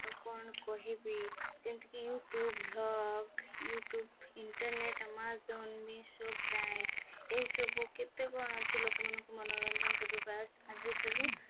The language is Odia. ଆଉ କ'ଣ କହିବି ଯେମିତିକି YouTube blog YouTube internet Amazon Meesho Prime ଏସବୁ କେତେ କ'ଣ ଅଛି ଲୋକମାନଙ୍କୁ ମନୋରଞ୍ଜନ କରିବା ପାଇଁ ଆଜି ସବୁ